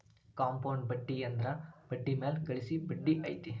compound ಬಡ್ಡಿ ಅಂದ್ರ ಬಡ್ಡಿ ಮ್ಯಾಲೆ ಗಳಿಸೊ ಬಡ್ಡಿ ಐತಿ